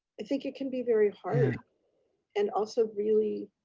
i think it can be very hard and also really,